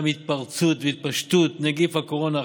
מהתפרצות והתפשטות נגיף הקורונה החדש.